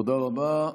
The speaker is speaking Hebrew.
תודה רבה.